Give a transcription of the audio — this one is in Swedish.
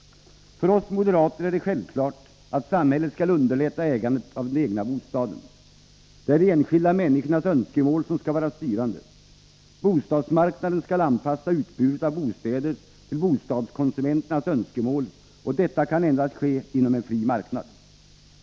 För oss moderater är det självklart att samhället skall underlätta ägandet av den egna bostaden. Det är de enskilda människornas önskemål som skall vara styrande. Bostadsmarknaden skall anpassa utbudet av bostäder till bostadskonsumenternas önskemål, och detta kan endast ske inom en fri marknad.